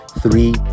Three